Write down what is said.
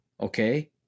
okay